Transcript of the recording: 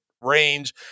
range